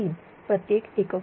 003 प्रत्येक एकक